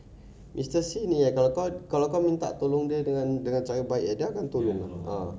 mister see ni eh kalau kau minta tolong dia dengan cara baik eh dia akan tolong ah